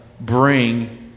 bring